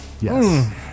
Yes